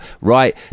right